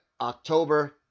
October